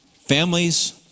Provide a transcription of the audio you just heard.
Families